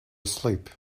asleep